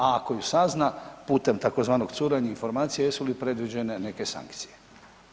A ako i sazna putem tzv. curenja informacija, jesu li predviđene neke sankcije?